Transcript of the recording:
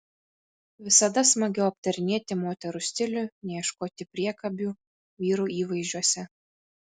visada smagiau aptarinėti moterų stilių nei ieškoti priekabių vyrų įvaizdžiuose